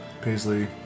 Paisley